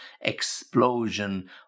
explosion